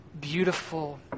beautiful